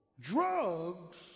Drugs